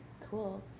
Cool